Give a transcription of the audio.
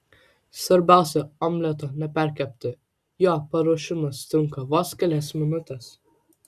svarbiausia omleto neperkepti jo paruošimas trunka vos kelias minutes